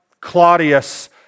Claudius